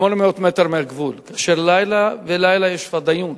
800 מטר מהגבול, כשבלילה יש "פדאיון",